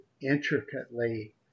intricately